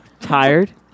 tired